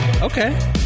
Okay